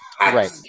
Right